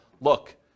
look